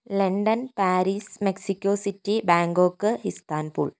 London Paris mexico city Bangkok Istanbul